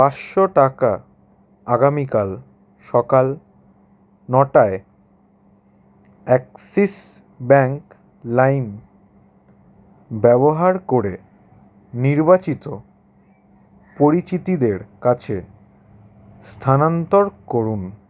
পাঁচশো টাকা আগামীকাল সকাল নটায় অ্যাক্সিস ব্যাঙ্ক লাইম ব্যবহার করে নির্বাচিত পরিচিতিদের কাছে স্থানান্তর করুন